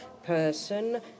Person